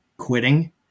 quitting